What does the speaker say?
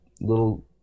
little